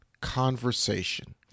conversation